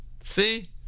See